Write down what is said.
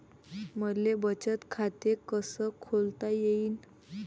मले बचत खाते कसं खोलता येईन?